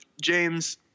James